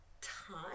time